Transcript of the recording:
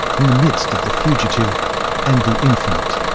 in the midst of the fugitive and the infinite.